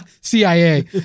CIA